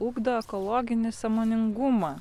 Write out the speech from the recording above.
ugdo ekologinį sąmoningumą